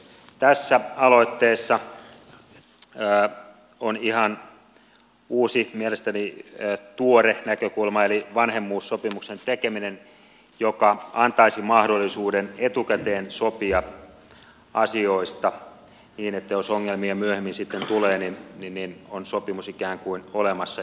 tässä aloitteessa on ihan uusi mielestäni tuore näkökulma eli vanhemmuussopimuksen tekeminen joka antaisi mahdollisuuden etukäteen sopia asioista niin että jos ongelmia myöhemmin tulee niin on sopimus ikään kuin olemassa